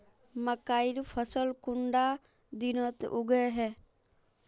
मकई फसल कुंडा दिनोत उगैहे?